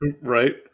Right